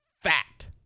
fat